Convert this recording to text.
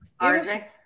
RJ